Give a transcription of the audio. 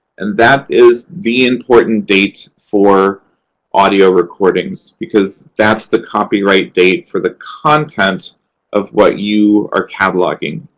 and that is the important date for audio recordings because that's the copyright date for the content of what you are cataloging.